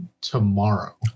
tomorrow